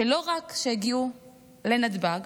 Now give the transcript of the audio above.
שלא רק שהגיעו לנתב"ג,